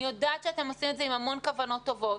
יודעת שאתם עושים את זה עם המון כוונות טובות,